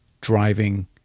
driving